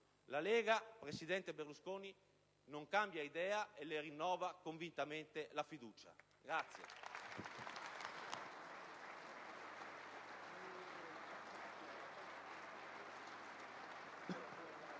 La Lega, presidente Berlusconi, non cambia idea e le rinnova convintamente la fiducia.